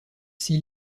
six